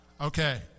okay